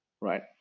right